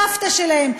סבתא שלהם,